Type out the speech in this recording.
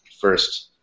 first